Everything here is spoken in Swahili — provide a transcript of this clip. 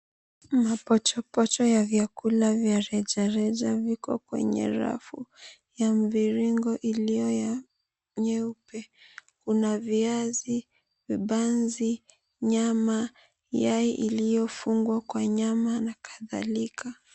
Mapochopocho ya vyakula vya rejareja viko kwenye rafu ya mviringo iliyo ya nyeupe. Kuna viazi, vibanzi, nyama, yai iliyofungwa kwa nyama na kadhalika.